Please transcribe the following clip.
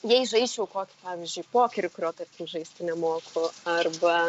jei žaisčiau kokį pavyzdžiui pokerį kurio tarkim žaisti nemoku arba